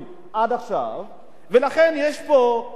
ולכן יש פה מעשים שלא ייעשו,